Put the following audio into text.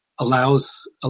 Allows